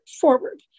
forward